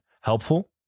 helpful